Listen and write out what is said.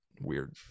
weird